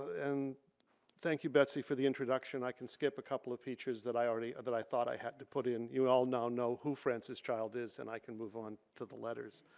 and thank you betsy for the introduction. i can skip a couple of features that i already, that i thought i had to put in. you all now know who francis child is and i can move on to the letters.